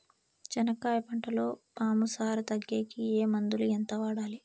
చెనక్కాయ పంటలో పాము సార తగ్గేకి ఏ మందులు? ఎంత వాడాలి?